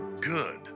good